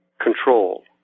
control